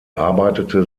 arbeitete